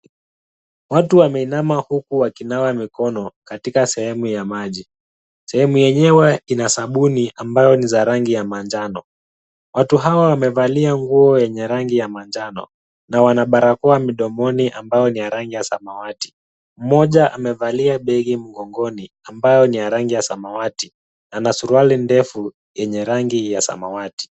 Watu wameinama huku wakinawa mikono katika sehemu ya maji. Sehemu yenyewe ina sabuni ambayo ni za rangi ya manjano. Watu hawa wamevalia nguo yenye rangi ya manjano na wana barakoa midomoni ambayo ni ya rangi ya samawati. Mmoja amevalia begi mgongoni ambayo ni ya rangi ya samawati na ana suruali ndefu yenye rangi ya samawati.